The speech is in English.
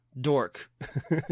dork